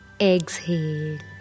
exhale